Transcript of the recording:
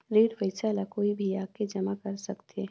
ऋण पईसा ला कोई भी आके जमा कर सकथे?